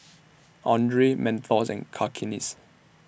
Andre Mentos and Cakenis